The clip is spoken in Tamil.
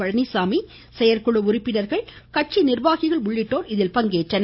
பழனிசாமி செயற்குழு உறுப்பினர்கள் கட்சி நிர்வாகிகள் உள்ளிட்டோர் இதில் பங்கேற்றனர்